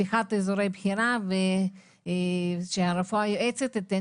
בנושא פתיחת אזורי בחירה ושהרפואה היועצת תיתן